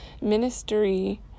ministry